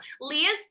Leah's